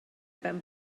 ben